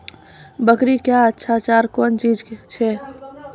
बकरी क्या अच्छा चार कौन चीज छै के?